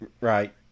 Right